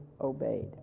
obeyed